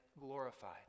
glorified